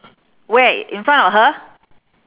where in front of her